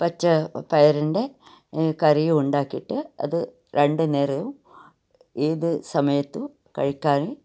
പച്ച പയറിൻ്റെ കറി ഉണ്ടാക്കിയിട്ട് അത് രണ്ടു നേരവും ഏത് സമയത്തും കഴിക്കാനും